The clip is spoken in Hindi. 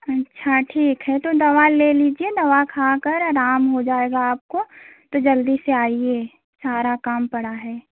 अच्छा ठीक है तो दवा ले लीजिए दवा खा कर अराम हो जाएगा आपको तो जल्दी से आइए सारा काम पड़ा है